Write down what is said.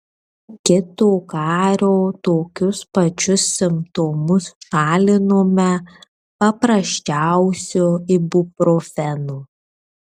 kito kario tokius pačius simptomus šalinome paprasčiausiu ibuprofenu